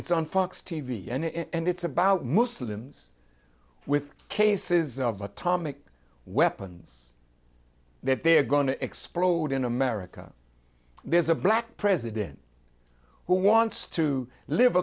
it's on fox t v and it's about muslims with cases of atomic weapons that they're going to explode in america there's a black president who wants to live